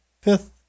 fifth